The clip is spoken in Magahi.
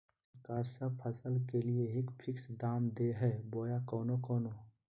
सरकार सब फसल के लिए एक फिक्स दाम दे है बोया कोनो कोनो?